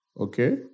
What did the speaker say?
Okay